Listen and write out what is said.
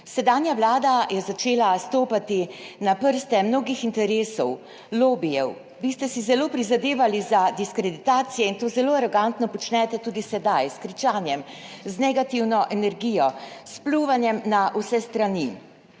Sedanja vlada je začela stopati na prste mnogih interesov, lobijev. Vi ste si zelo prizadevali za diskreditacije in to zelo arogantno počnete tudi sedaj s kričanjem, z negativno energijo, s pljuvanjem na vse strani.